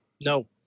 No